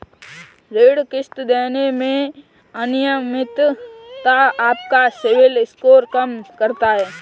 ऋण किश्त देने में अनियमितता आपका सिबिल स्कोर कम करता है